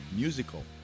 musical